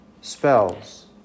spells